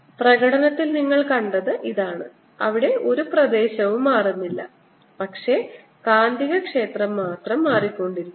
പ്രകടനത്തിൽ നിങ്ങൾ കണ്ടത് ഇതാണ് അവിടെ ഒരു പ്രദേശവും മാറുന്നില്ല പക്ഷേ കാന്തികക്ഷേത്രം മാത്രം മാറിക്കൊണ്ടിരുന്നു